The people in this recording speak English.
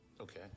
Okay